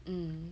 mm